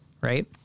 right